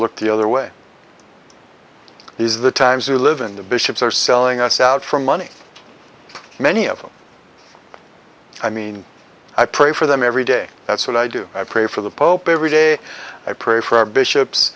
look the other way it is the times we live in the bishops are selling us out for money many of them i mean i pray for them every day that's what i do i pray for the pope every day i pray for our bishops